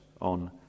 on